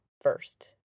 first